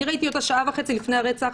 אני ראיתי אותה שעה וחצי לפני הרצח.